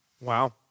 Wow